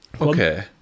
Okay